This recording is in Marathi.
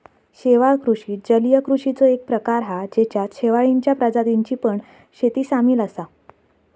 शेवाळ कृषि जलीय कृषिचो एक प्रकार हा जेच्यात शेवाळींच्या प्रजातींची पण शेती सामील असा